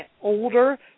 older